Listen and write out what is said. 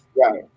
right